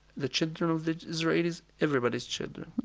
the children of the israelis, everybody's children.